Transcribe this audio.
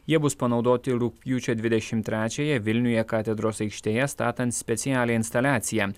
jie bus panaudoti rugpjūčio dvidešimt trečiąją vilniuje katedros aikštėje statant specialią instaliaciją